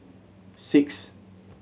six